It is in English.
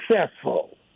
successful